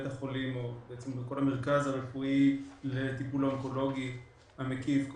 כל המרכז הרפואי לטיפול אונקולוגי המקיף,